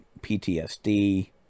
PTSD